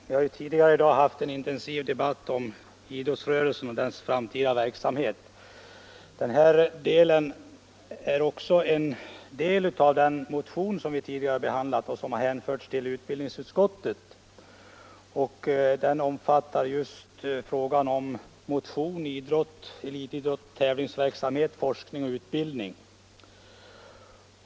Herr talman! Vi har tidigare i dag haft en intensiv debatt om idrottsrörelsen och dess framtida verksamhet. Det nu föreliggande ärendet är en del av den motion som vi tidigare behandlat, den del som hänförts till utbildningsutskottet och som omfattar frågan om motionsidrott, elitidrott, tävlingsverksamhet, i vad avser forskning och utbildning.